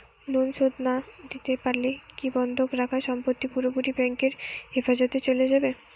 Loan শোধ না দিতে পারলে কি বন্ধক রাখা সম্পত্তি পুরোপুরি ব্যাংকের হেফাজতে চলে যাবে?